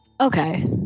Okay